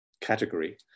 category